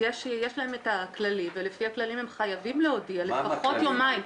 יש להם את הכללים ולפי הכללים הם חייבים להודיע לפחות יומיים.